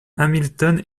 hamilton